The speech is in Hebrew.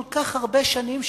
כל כך הרבה שנים,